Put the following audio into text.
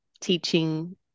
teaching